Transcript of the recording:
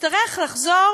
יצטרך לחזור